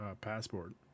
passport